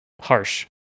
harsh